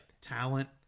talent